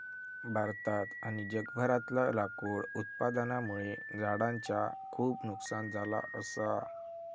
भारतात आणि जगभरातला लाकूड उत्पादनामुळे झाडांचा खूप नुकसान झाला असा